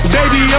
Baby